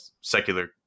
secular